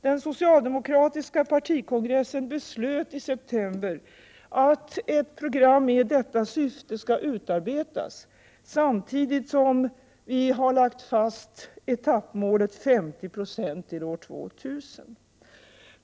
Den socialdemokratiska partikongressen beslöt i september att ett program med detta syfte skall utarbetas, samtidigt som vi har lagt fast etappmålet 50 9 till år 2000.